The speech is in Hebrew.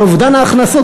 על אובדן ההכנסות.